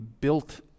built